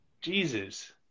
jesus